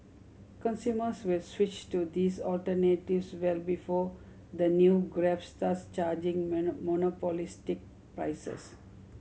consumers with switch to these alternatives well before the new Grab starts charging monopolistic prices